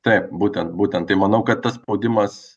taip būtent būtent tai manau kad tas spaudimas